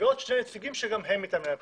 ועוד שני נציגים שגם הם מטעם מנהל הבחירות.